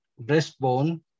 breastbone